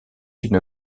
une